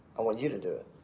i want you to do it.